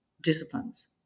disciplines